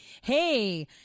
Hey